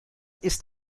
ist